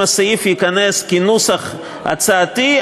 אם הסעיף ייכנס כנוסח הצעתי,